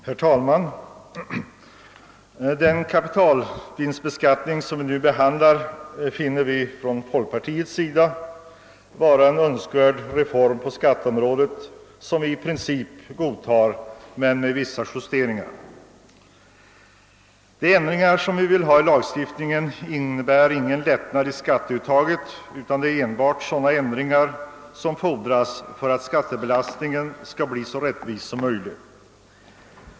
Herr talman! Den kapitalvinstbeskattning som vi nu behandlar finner vi från folkpartiets sida vara en önskvärd reform på skatteområdet. I princip godtar vi denna reform men med vissa justeringar. De ändringar som vi vill ha i lagstiftningen innebär ingen lättnad i fråga om skatteuttaget, utan det är enbart fråga om sådana ändringar som fordras för att skattebelastningen skall bli så rättvis som möjligt.